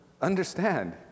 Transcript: understand